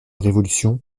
révolution